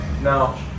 No